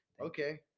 okay